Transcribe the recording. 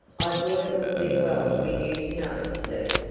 i thought it would be well for you to know, sir.